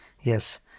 Yes